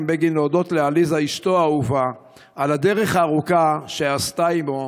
בגין להודות לעליזה אשתו האהובה על הדרך הארוכה שעשתה עימו,